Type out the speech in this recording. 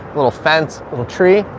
a little fence, little tree,